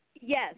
yes